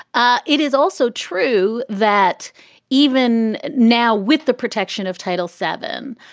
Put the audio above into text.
ah it is also true that even now, with the protection of title seven,